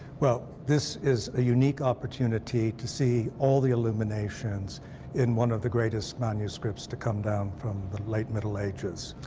well, this is a unique opportunity to see all the illuminations in one of the greatest manuscripts to come down from the late middle ages.